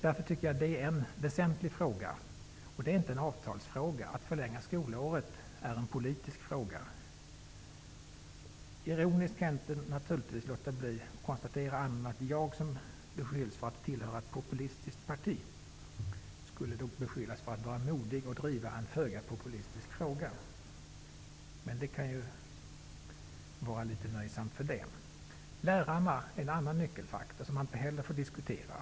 Därför tycker jag att det är en väsentlig fråga, det är inte en avtalsfråga. Att förlänga skolåret är en politisk fråga. Jag kan inte låta bli att konstatera det ironiska i att jag som beskylls för att tillhöra ett populistiskt parti kallas modig när jag driver en föga populistisk fråga. Men det kan vara litet nöjsamt för det. Lärarna är en annan nyckelfaktor som man inte heller får diskutera.